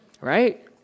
Right